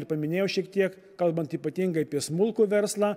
ir paminėjau šiek tiek kalbant ypatingai apie smulkų verslą